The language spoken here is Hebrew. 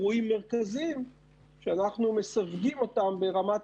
כאלה